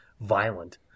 violent